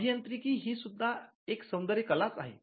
अभियंत्रिकी ही सुद्धा एक सौंदर्य कलाच आहे